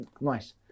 nice